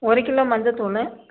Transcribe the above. ஒரு கிலோ மஞ்சள்தூளு